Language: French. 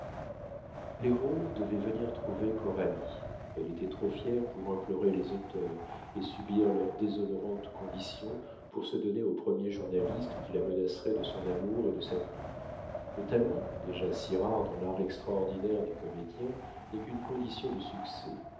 les rôles devaient venir trouver coralie elle était trop fière pour implorer les auteurs et subir leurs déshonorantes conditions pour se donner au premier journaliste qui la menacerait de son amour et de sa plume le talent déjà si rare dans l'art extraordinaire du comédien n'est qu'une condition du succès